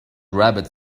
rabbits